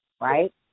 right